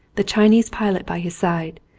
the chinese pilot by his side,